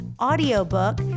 audiobook